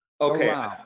Okay